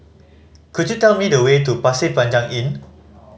could you tell me the way to Pasir Panjang Inn